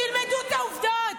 תלמדו את העובדות.